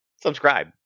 subscribe